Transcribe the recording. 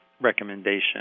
recommendation